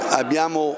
abbiamo